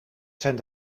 zijn